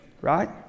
Right